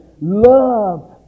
love